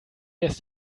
erst